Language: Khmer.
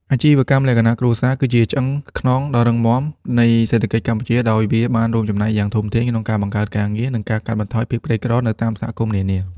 អាជីវកម្មលក្ខណៈគ្រួសារគឺជាឆ្អឹងខ្នងដ៏រឹងមាំនៃសេដ្ឋកិច្ចកម្ពុជា ដោយវាបានរួមចំណែកយ៉ាងធំធេងក្នុងការបង្កើតការងារ និងការកាត់បន្ថយភាពក្រីក្រនៅតាមសហគមន៍នានា។